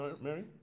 Mary